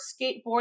skateboarding